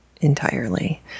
entirely